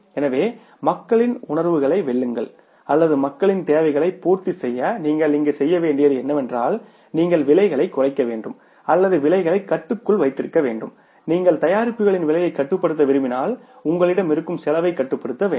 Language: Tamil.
எனவே மக்களின் உணர்வுகளை வெல்லுங்கள் அல்லது மக்களின் தேவைகளை பூர்த்தி செய்ய நீங்கள் இங்கு செய்ய வேண்டியது என்னவென்றால் நீங்கள் விலைகளை குறைக்க வேண்டும் அல்லது விலைகளை கட்டுக்குள் வைத்திருக்க வேண்டும் நீங்கள் தயாரிப்புகளின் விலையை கட்டுப்படுத்த விரும்பினால் உங்களிடம் இருக்கும் செலவைக் கட்டுப்படுத்த வேண்டும்